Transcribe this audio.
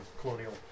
colonial